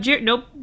nope